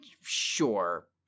sure